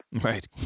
Right